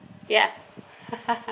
ya